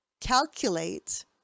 calculate